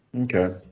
okay